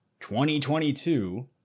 2022